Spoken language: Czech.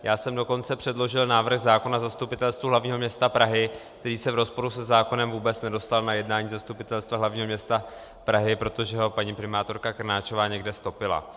Já jsem dokonce předložil návrh zákona Zastupitelstvu hlavního města Prahy, který se v rozporu se zákonem vůbec nedostal na jednání zastupitelstva hlavního města Prahy, protože ho paní primátorka Krnáčová někde ztopila.